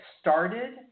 started